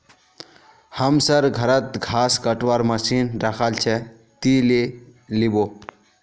हमसर घरत घास कटवार मशीन रखाल छ, ती ले लिबो